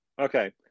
okay